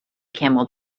camel